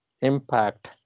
impact